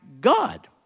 God